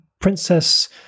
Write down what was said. Princess